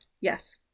Yes